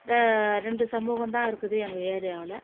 ரெ ரெண்டு சமூகம்தான் இருக்குது எங்கள் ஏரியாவில்